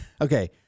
Okay